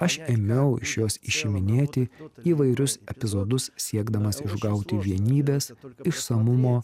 aš ėmiau iš jos išiminėti įvairius epizodus siekdamas išgauti vienybės išsamumo